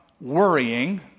worrying